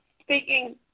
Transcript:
speaking